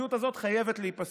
הצביעות הזאת חייבת להיפסק.